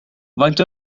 faint